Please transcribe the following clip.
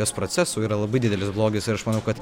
jos procesų yra labai didelis blogis ir aš manau kad